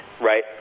right